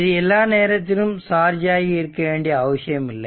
இது எல்லா நேரத்திலும் சார்ஜ் ஆகி இருக்க வேண்டிய அவசியம் இல்லை